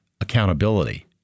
accountability